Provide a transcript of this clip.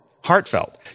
Heartfelt